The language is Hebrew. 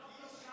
קיש.